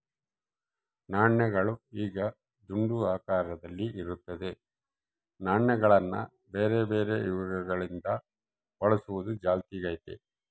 ನಾಣ್ಯಗಳು ಈಗ ದುಂಡು ಆಕಾರದಲ್ಲಿ ಇರುತ್ತದೆ, ನಾಣ್ಯಗಳನ್ನ ಬೇರೆಬೇರೆ ಯುಗಗಳಿಂದ ಬಳಸುವುದು ಚಾಲ್ತಿಗೈತೆ